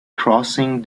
crossing